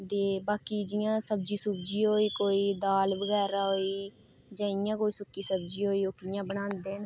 ते बाकी जि'यां सब्जी सुब्जी होई कोई दाल बगैरा जां इ'यां कोई सुक्की सब्जी होई ओह् कि'यां बनांदे न